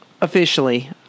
officially